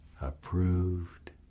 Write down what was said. approved